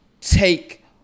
take